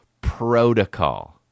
protocol